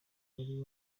wari